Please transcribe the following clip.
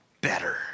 better